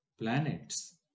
planets